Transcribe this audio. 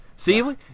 See